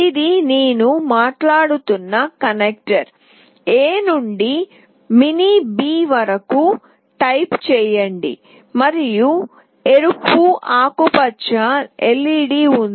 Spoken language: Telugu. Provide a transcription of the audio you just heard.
ఇది నేను మాట్లాడుతున్న కనెక్టర్ A నుండి మినీ B వరకు టైప్ చేయండి మరియు ఎరుపు ఆకుపచ్చ LED ఉంది